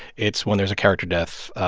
it's when there's a character death,